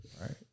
right